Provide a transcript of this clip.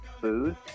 food